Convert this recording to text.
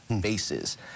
bases